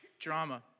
drama